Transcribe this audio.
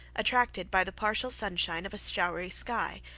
attracted by the partial sunshine of a showery sky,